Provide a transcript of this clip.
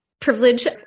privilege